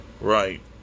Right